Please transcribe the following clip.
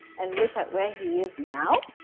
and look at where he is now.